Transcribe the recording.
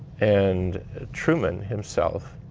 and truman himself